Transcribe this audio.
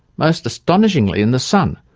most astonishingly in the sun,